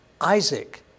Isaac